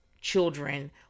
children